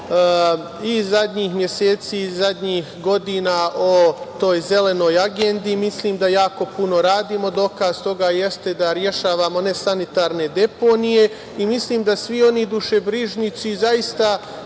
i zadnjih meseci i zadnjih godina o toj Zelenoj agendi. Mislim da jako puno radimo. Dokaz toga jeste da rešavamo nesanitarne deponije. Mislim da svi oni dušebrižnici, zaista,